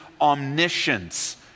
omniscience